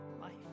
life